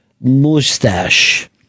mustache